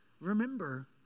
remember